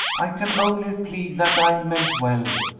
i can only plead that i meant well.